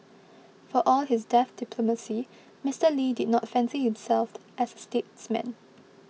for all his deft diplomacy Mister Lee did not fancy himself as a statesman